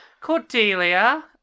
Cordelia